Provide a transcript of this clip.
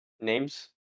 Names